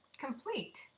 complete